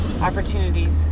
opportunities